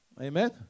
Amen